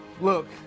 Look